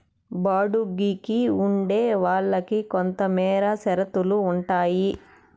బాడుగికి ఉండే వాళ్ళకి కొంతమేర షరతులు ఉంటాయి